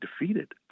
defeated